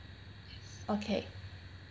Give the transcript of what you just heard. okay